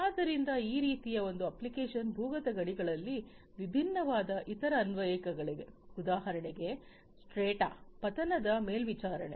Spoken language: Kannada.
ಆದ್ದರಿಂದ ಈ ರೀತಿಯ ಒಂದು ಅಪ್ಲಿಕೇಶನ್ ಭೂಗತ ಗಣಿಗಳಲ್ಲಿ ವಿಭಿನ್ನವಾದ ಇತರ ಅನ್ವಯಿಕೆಗಳಿವೆ ಉದಾಹರಣೆಗೆ ಸ್ಟ್ರಾಟಾ ಪತನದ ಮೇಲ್ವಿಚಾರಣೆ